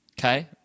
Okay